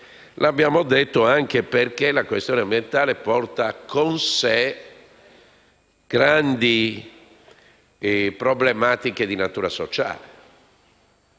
L'abbiamo detto anche perché la questione ambientale porta con sé grandi problematiche di natura sociale;